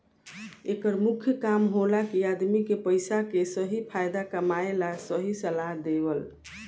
एकर मुख्य काम होला कि आदमी के पइसा के सही फायदा कमाए ला सही सलाह देवल